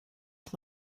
ich